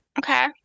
Okay